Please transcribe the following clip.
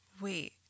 Wait